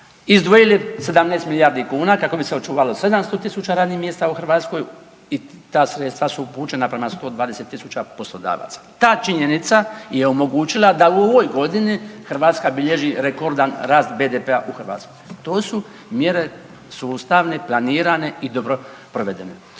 izdvojili 17 milijardi kuna kako bi se očuvalo 700 tisuća radnih mjesta u Hrvatskoj i ta sredstva su upućena prema 120 tisuća poslodavaca. Ta činjenica je omogućila da u ovoj godini Hrvatska bilježi rekordan rast BDP-a u Hrvatskoj. To su mjere sustavne, planirane i dobro provedene.